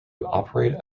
operate